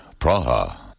Praha